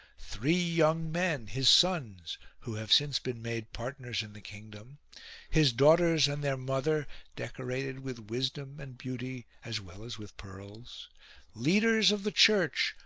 three young men, his sons, who have since been made partners in the kingdom his daughters and their mother decorated with wisdom and beauty as well as with pearls leaders of the church,